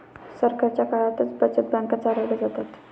सरकारच्या काळातच बचत बँका चालवल्या जातात